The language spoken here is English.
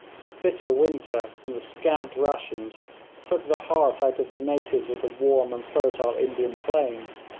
the bitter winter and the scant rations took the heart out of the natives of the warm and fertile indian plains